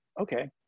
okay